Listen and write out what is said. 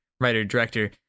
writer-director